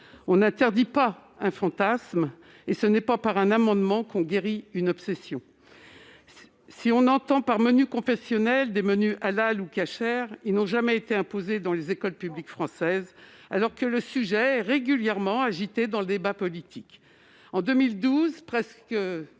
On n'interdit pas un fantasme ; ce n'est pas par un amendement qu'on guérit une obsession ! Si on entend par « menu confessionnel » des menus halal ou casher, il faut savoir qu'ils n'ont jamais été imposés dans les écoles publiques françaises, alors que le sujet est régulièrement agité dans le débat politique. En 2012, il